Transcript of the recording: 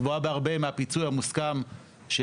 גבוהה בהרבה מהפיצוי המוסכם,